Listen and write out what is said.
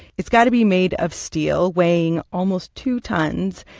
it's got to be made of steel, weighing almost two tons.